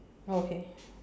oh okay